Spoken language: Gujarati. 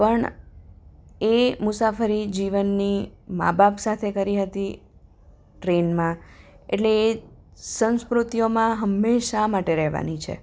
પણ એ મુસાફરી જીવનની મા બાપ સાથે કરી હતી ટ્રેનમાં એટલે એ સંસ્મૃતિઓમા હંમેશા માટે રહેવાની છે